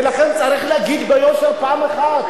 לכן צריך להגיד ביושר פעם אחת: